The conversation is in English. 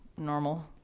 normal